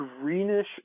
greenish